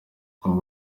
kongo